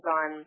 on